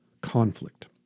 conflict